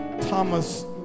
Thomas